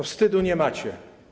Wstydu nie macie.